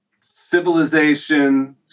civilization